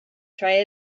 try